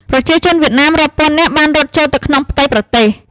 ប្រជាជនវៀតណាមរាប់ពាន់នាក់បានរត់ចូលទៅក្នុងផ្ទៃប្រទេស។